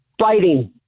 fighting